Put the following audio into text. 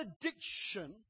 addiction